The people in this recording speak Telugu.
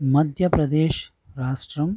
మధ్యప్రదేశ్ రాష్ట్రం